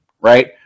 right